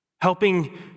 helping